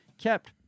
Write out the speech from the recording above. kept